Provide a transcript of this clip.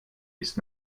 ist